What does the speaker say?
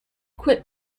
quit